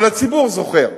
אבל הציבור זוכר.